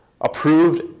approved